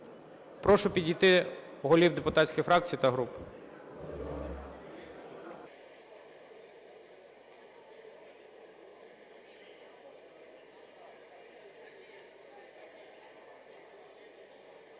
Прошу підійти голів депутатських фракцій та груп.